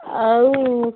ଆଉ